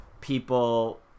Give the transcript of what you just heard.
people